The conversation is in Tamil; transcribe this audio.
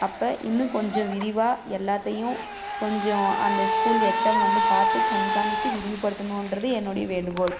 அப்போ இன்னும் கொஞ்சம் விரிவாக எல்லாத்தையும் கொஞ்சம் அந்த ஸ்கூல் ஹெச்எம் வந்து பார்த்து கண்காணிச்சி விரிவுப்படுத்தணும்ன்றது என்னுடைய வேண்டுகோள்